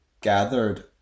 gathered